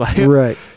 right